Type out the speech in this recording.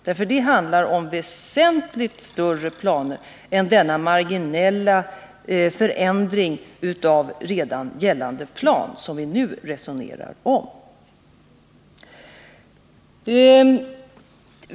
Det handlar om väsentligt större planer än den marginella förändring av redan gällande plan som vi nu resonerar om.